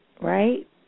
Right